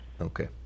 Okay